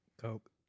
Coke